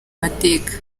mateka